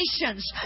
nations